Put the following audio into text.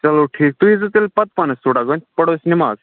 چلو ٹھیٖک تُہۍ ییٖزیٚو تیٚلہِ پَتہٕ پانَس تھوڑا گۄڈٕ پَرو أسۍ نِماز